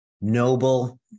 noble